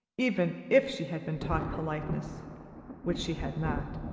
even if she had been taught politeness which she had not.